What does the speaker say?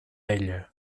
ella